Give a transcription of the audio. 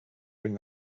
bring